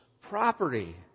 property